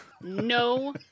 No